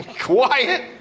Quiet